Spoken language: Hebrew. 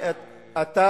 ואתה